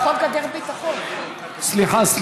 סליחה.